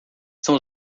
são